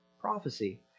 prophecy